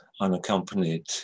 unaccompanied